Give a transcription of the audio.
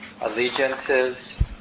allegiances